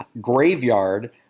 graveyard